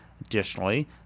Additionally